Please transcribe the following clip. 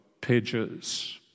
pages